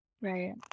Right